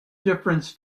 difference